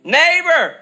neighbor